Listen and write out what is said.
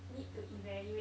need to evaluate